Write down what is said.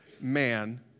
man